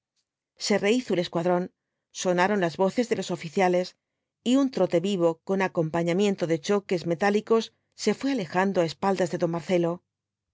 se rehizo el escuadrón sonaron las voces de los oficiales y nn trote vivo cou acompañamiento de choques metálicos se fué alejando á espaldas de don marcelo